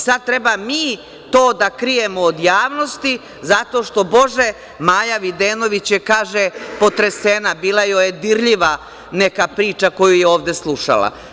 Sada treba mi to da krijemo od javnosti zato što, bože, Maja Videnović je potresena, bila joj je dirljiva neka priča koju je ovde slušala.